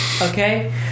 Okay